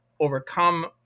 overcome